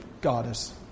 goddess